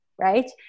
right